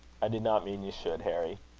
i did not mean you should, harry.